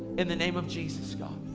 in the name of jesus, god.